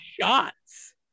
shots